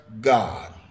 God